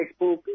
Facebook